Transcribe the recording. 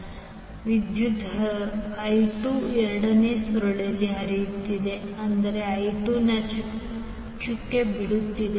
ಆದ್ದರಿಂದ ವಿದ್ಯುತ್ ಹರಿಯುತ್ತಿದೆ i 2 ಎರಡನೇ ಸುರುಳಿಯಲ್ಲಿ ಹರಿಯುತ್ತಿದೆ ಅಂದರೆ i 2 ಚುಕ್ಕೆ ಬಿಡುತ್ತಿದೆ